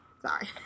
Sorry